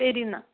ശരിയെന്നാൽ